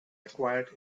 acquired